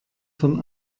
von